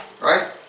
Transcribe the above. Right